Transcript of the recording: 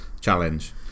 challenge